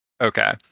Okay